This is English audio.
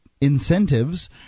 incentives